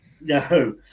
no